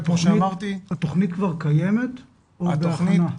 התכנית כבר קיימת או שהיא בהכנה?